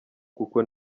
kuko